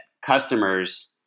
customers